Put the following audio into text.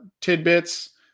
tidbits